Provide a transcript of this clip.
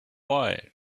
wire